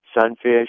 sunfish